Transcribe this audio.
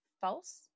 false